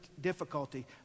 difficulty